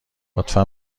لطفا